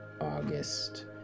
August